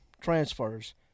transfers